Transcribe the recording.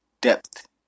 depth